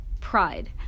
pride